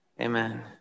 Amen